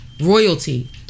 Royalty